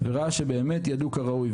ראה שבאמת ידעו כראוי,